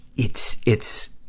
it's, it's,